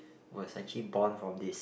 was actually born from this